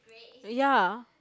ya